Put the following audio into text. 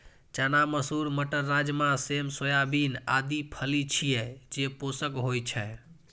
चना, मसूर, मटर, राजमा, सेम, सोयाबीन आदि फली छियै, जे पोषक होइ छै